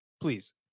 Please